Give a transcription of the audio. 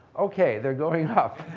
okay, they're going up